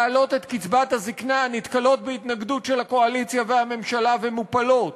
להעלות את קצבת הזיקנה נתקלות בהתנגדות של הקואליציה והממשלה ומופָלות.